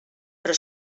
però